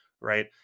right